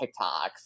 TikToks